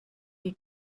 your